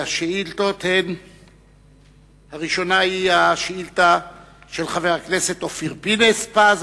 השאילתא הראשונה היא של חבר הכנסת אופיר פינס-פז,